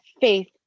faith